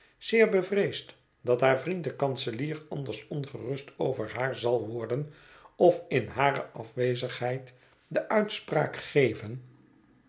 zeer bevreesd dat haar vriend de kanselier anders ongerust over haar zal worden of in hare afwezigheid de uitspraak geven